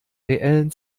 reellen